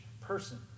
person